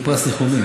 זה פרס ניחומים.